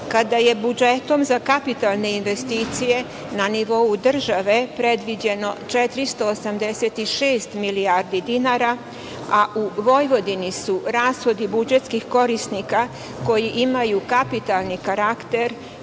kada je budžetom za kapitalne investicije na nivou države predviđeno 486 milijardi dinara, a u Vojvodini su rashodi budžetskih korisnika koji imaju kapitalni karakter